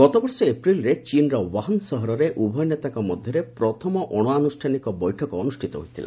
ଗତବର୍ଷ ଏପ୍ରିଲରେ ଚୀନର ୱାହନ ସହରରେ ଉଭୟ ନେତାଙ୍କ ମଧ୍ୟରେ ପ୍ରଥମ ଅଣଆନୁଷ୍ଠାନିକ ବୈଠକ ଅନୁଷ୍ଠିତ ହୋଇଥିଲା